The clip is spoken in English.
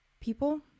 people